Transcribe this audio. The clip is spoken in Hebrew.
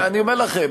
אני אומר לכם,